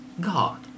God